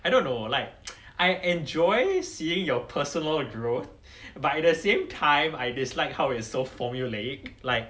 I don't know like I enjoy seeing your personal growth but at the same time I dislike how it's so formulaic like